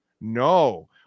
No